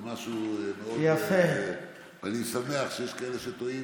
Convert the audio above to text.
אני שמח שיש כאלה שטועים,